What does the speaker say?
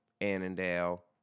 Annandale